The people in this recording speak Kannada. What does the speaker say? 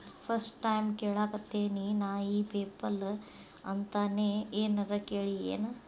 ಫಸ್ಟ್ ಟೈಮ್ ಕೇಳಾಕತೇನಿ ನಾ ಇ ಪೆಪಲ್ ಅಂತ ನೇ ಏನರ ಕೇಳಿಯೇನ್?